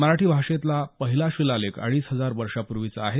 मराठी भाषेतला पहिला शिलालेख अडीच हजार वर्षांपूर्वीचा आहे